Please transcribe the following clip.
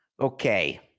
Okay